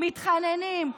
מתחננים,